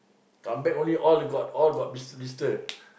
come back only all got all got blister blister